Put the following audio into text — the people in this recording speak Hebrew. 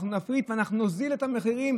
ואנחנו נפריט ואנחנו נוריד את המחירים.